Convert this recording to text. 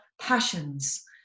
passions